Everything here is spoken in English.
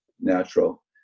natural